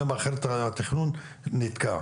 כי אחרת התכנון נתקע.